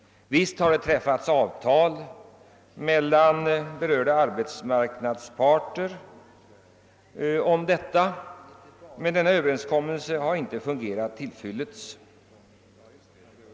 Visst har det träffats avtal mellan berörda arbetsmarknadsparter om detta, men denna överenskommelse har inte fungerat till fyllest.